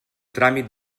tràmit